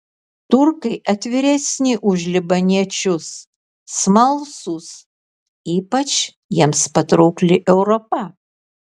turkai atviresni už libaniečius smalsūs ypač jiems patraukli europa